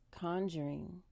conjuring